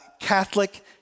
Catholic